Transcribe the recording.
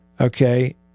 Okay